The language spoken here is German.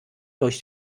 durch